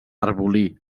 arbolí